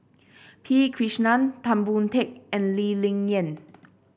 P Krishnan Tan Boon Teik and Lee Ling Yen